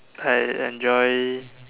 I enjoy